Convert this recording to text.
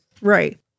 Right